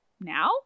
now